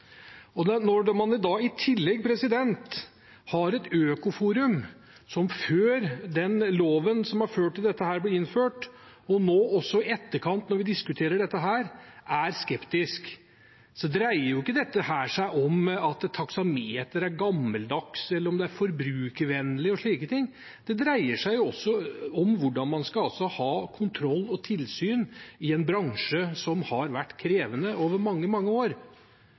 Når man i tillegg har et Øko-forum som var skeptisk før den loven som har ført til dette, ble innført, og er det nå også, i etterkant, når vi diskuterer dette, dreier jo ikke dette seg om at taksameter er gammeldags eller om det er forbrukervennlig og slike ting, det dreier seg om hvordan man skal ha kontroll og tilsyn i en bransje som har vært krevende over mange, mange år.